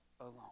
alone